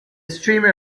streamer